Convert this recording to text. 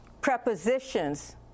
Prepositions